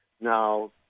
now